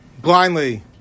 blindly